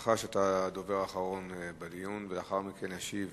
בהנחה שאתה הדובר האחרון בדיון, ולאחר מכן ישיב